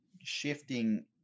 shifting